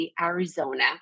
Arizona